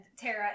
Tara